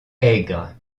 aigre